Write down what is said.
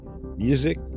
music